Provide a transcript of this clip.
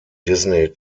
disney